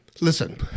Listen